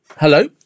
Hello